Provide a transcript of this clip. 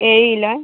ഏഴ് കിലോ